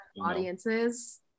audiences